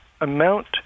amount